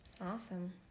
awesome